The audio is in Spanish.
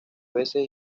veces